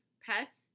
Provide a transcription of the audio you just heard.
pets